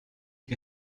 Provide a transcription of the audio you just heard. che